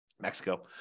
Mexico